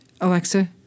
Alexa